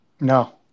No